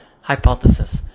hypothesis